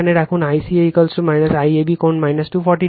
এখানে রাখুন ICA IAB কোণ 240o